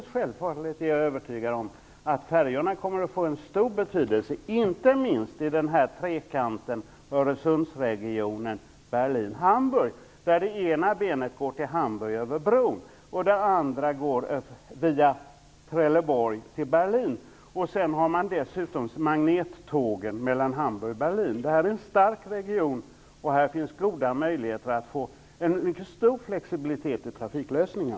Självfallet är jag dock övertygad om att färjorna kommer att få en stor betydelse, inte minst i trekanten Öresundsregionen-Berlin-Hamburg. Det ena benet går till Hamburg över bron och det andra via Trelleborg till Berlin. Dessutom finns magnettåg mellan Hamburg och Berlin. Det här är en stark region och det finns goda möjligheter att få mycket flexibla trafiklösningar.